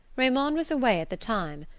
raymond was away at the time,